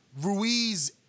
Ruiz